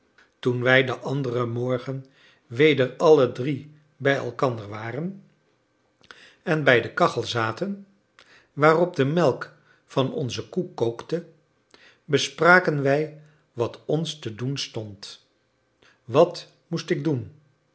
toen wij den anderen morgen weder alle drie bij elkander waren en bij de kachel zaten waarop de melk van onze koe kookte bespraken wij wat ons te doen stond wat moest ik doen